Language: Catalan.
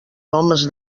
homes